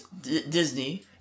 Disney